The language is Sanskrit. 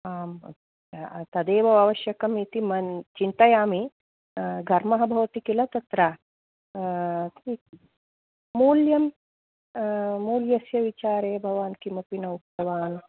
आम् तदेव आवश्यकम् इति मन् चिन्तयामि घर्मः भवति खिल तत्र मूल्यं मूल्यस्य विचारे भवान् किमपि न उक्तवान्